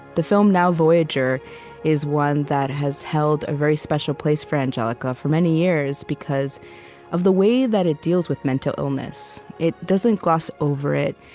the film now, voyager is one that has held a very special place for angelica for many years because of the way that it deals with mental illness. it doesn't gloss over it.